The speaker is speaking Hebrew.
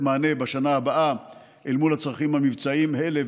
מענה בשנה הבאה אל מול הצרכים המבצעיים האלה,